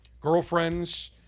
girlfriends